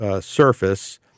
surface